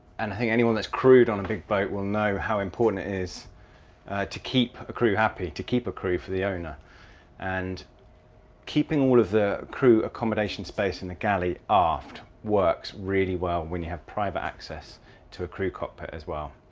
and i think anyone that's crewed on a big boat will know how important it is to keep a crew happy, to keep a crew for the owner and keeping all of the crew accommodation space in the galley aft works really well when you have private access to a crew cockpit as well,